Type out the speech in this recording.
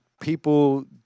people